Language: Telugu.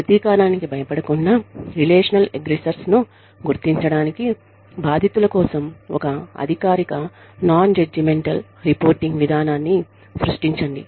ప్రతీకారానికి భయపడకుండా రిలేషనల్ ఎగ్రెసర్స్ ను గుర్తించడానికి బాధితుల కోసం ఒక అధికారిక నాన్జడ్జిమెంటల్ రిపోర్టింగ్ విధానాన్ని సృష్టించండి